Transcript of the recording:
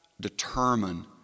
determine